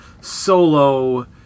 solo